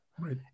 Right